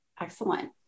Excellent